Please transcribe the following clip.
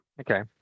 Okay